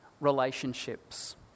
relationships